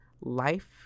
Life